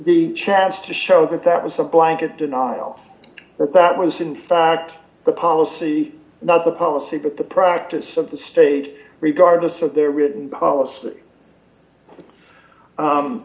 the chance to show that that was a blanket denial that was in fact the policy not the policy but the practice of the state regardless of their written policy